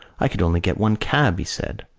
i could only get one cab, he said.